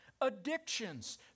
addictions